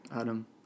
Adam